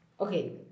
okay